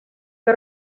que